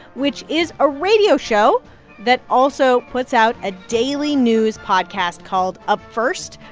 which is a radio show that also puts out a daily news podcast called up first,